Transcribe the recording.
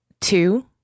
two